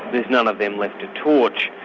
there's none of them left to torch,